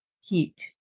heat